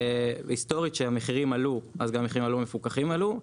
היסטורית כשהמחירים עלו אז גם המחירים המפוקחים עלו,